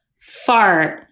fart